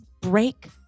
break